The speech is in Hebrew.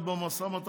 איפה יואב קיש?